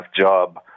job